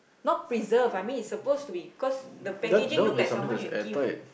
not preserve I mean it's suppose to be because the packaging look like someone you give